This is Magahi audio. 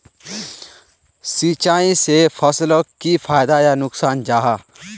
सिंचाई से फसलोक की फायदा या नुकसान जाहा?